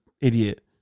idiot